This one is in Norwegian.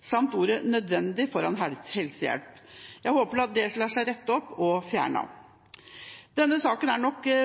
samt ordet «nødvendig» foran ordet «helsehjelp». Jeg håper at dette lar seg rette opp og blir fjernet. Denne saken